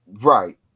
right